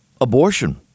abortion